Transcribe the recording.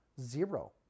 Zero